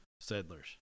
settlers